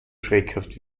schreckhaft